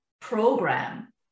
program